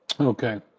Okay